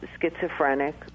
schizophrenic